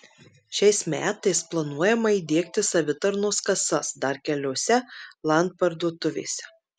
šiais metais planuojama įdiegti savitarnos kasas dar keliose land parduotuvėse